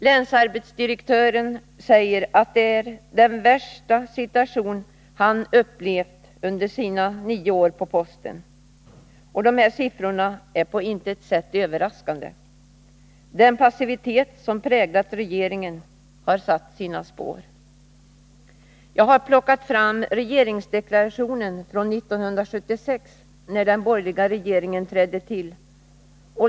Länsarbetsdirektören säger att det är den värsta situation han upplevt under sina nio år på posten. Dessa siffror är på intet sätt överraskande. Den passivitet som präglat regeringen har satt sina spår. Jag har plockat fram regeringsdeklarationen från 1976 när den borgerliga regeringen trädde till.